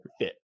fit